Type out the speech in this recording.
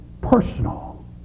personal